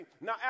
Now